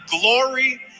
glory